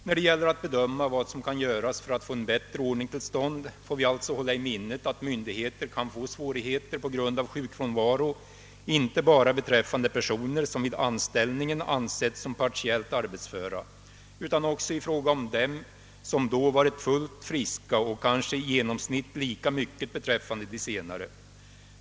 När det gäller att bedöma vad som kan göras för att få en bättre ordning till stånd får vi alltså hålla i minnet att myndigheter kan få svårigheter på grund av sjukfrånvaro inte bara beträffande personer som vid anställningen ansetts som partiellt arbetsföra utan också i fråga om dem som då varit fullt friska och kanske i genomsnitt lika mycket beträffande de senare.